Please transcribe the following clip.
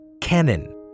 canon